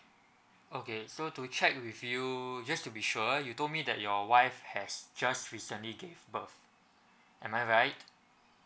okay so to check with you just to be sure you told me that your wife has just recently gave birth am I right